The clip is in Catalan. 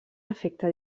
efecte